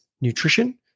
nutrition